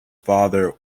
father